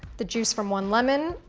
the juice from one lemon,